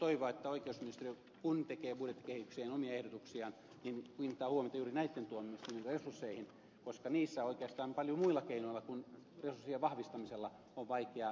täytyy toivoa että oikeusministeriö kun tekee budjettikehyksiin omia ehdotuksiaan kiinnittää huomiota juuri näitten tuomioistuinten resursseihin koska niissä oikeastaan muilla keinoilla kuin resurssien vahvistamisella on vaikea käsittelyaikoja lyhentää